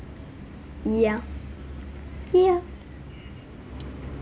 yeah yeah